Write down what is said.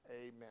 Amen